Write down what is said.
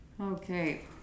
Okay